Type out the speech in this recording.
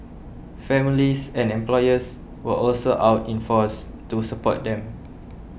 families and employers were also out in force to support them